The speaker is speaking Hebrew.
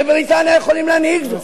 בבריטניה יכולים להנהיג זאת?